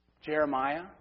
Jeremiah